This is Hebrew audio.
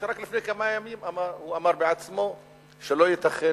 שרק לפני כמה ימים הוא אמר בעצמו שלא ייתכן